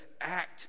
act